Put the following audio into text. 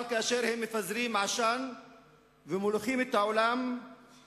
אבל תוך כדי כך הם מפזרים עשן ומוליכים את העולם באשליות,